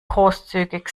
großzügig